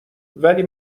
ولی